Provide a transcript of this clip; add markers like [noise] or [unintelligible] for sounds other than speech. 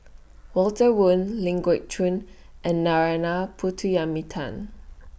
Walter Woon Ling Geok Choon and Narana [unintelligible]